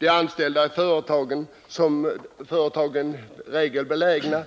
De anställda i dessa företag, som i regel är belägna